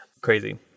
Crazy